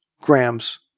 grams